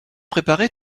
préparé